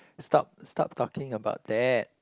stop stop talking about that